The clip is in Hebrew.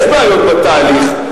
יש בעיות בתהליך.